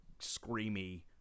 screamy